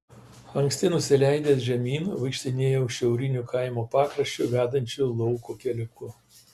anksti nusileidęs žemyn vaikštinėjau šiauriniu kaimo pakraščiu vedančiu lauko keliuku